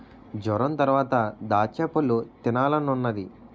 జొరంతరవాత దాచ్చపళ్ళు తినాలనున్నాది